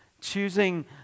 choosing